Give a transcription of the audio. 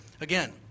again